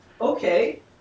okay